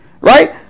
Right